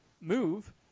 Move